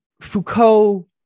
Foucault